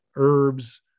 Herbs